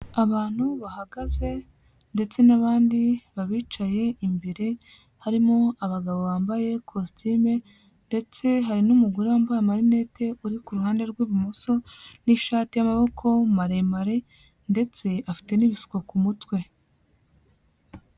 Abantu bahagaze ndetse n'abandi babicaye imbere, harimo abagabo bambaye kositimu ndetse hari n'umugore wambaye marinete uri ku ruhande rw'ibumoso n'ishati y'amaboko maremare ndetse afite n'ibishuko ku mutwe.